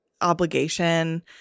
obligation